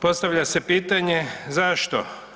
Postavlja se pitanje zašto?